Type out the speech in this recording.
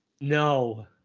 no